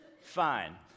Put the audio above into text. fine